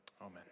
amen